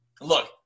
Look